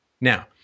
Now